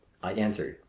i answered,